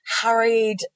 hurried